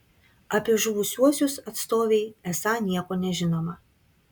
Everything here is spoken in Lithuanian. apie žuvusiuosius atstovei esą nieko nežinoma